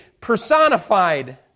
personified